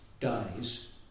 dies